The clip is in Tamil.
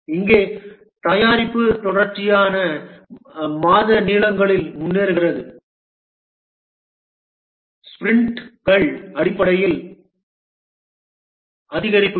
இங்கே தயாரிப்பு தொடர்ச்சியான மாத நீளங்களில் முன்னேறுகிறது ஸ்பிரிண்ட்கள் அடிப்படையில் அதிகரிப்புகள்